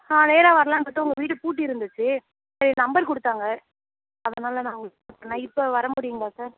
ஆ நேராக வரலானு பார்த்தோம் உங்கள் வீடு பூட்டி இருந்துச்சு சரி நம்பர் கொடுத்தாங்க அதனால நான் உங்களுக்கு கால் பண்ணேன் இப்போ வர முடியுங்களா சார்